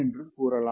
slide நேரம் 14